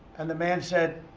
and the man said,